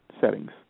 settings